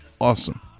awesome